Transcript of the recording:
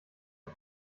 zur